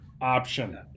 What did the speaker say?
option